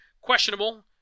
Questionable